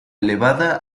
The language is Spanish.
elevada